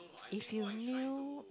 if you knew